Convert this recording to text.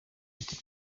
biti